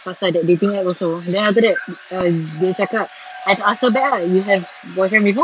because I got the dating app also then after that err dia cakap I asked her back lah you have boyfriend before